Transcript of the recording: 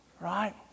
Right